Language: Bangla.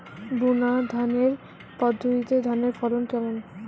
বুনাধানের পদ্ধতিতে ধানের ফলন কেমন?